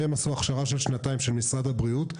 והם עשו הכשרה של שנתיים של משרד הבריאות,